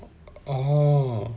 oh